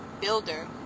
builder